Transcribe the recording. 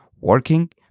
working